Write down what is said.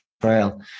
trail